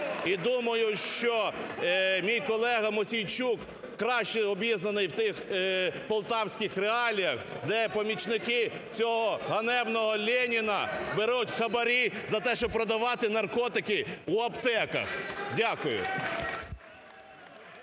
І думаю, що мій колега Мосійчук краще обізнаний в цих полтавських реаліях, де помічники цього ганебного "Леніна" беруть хабарі за те, щоб продавати наркотики в аптеках.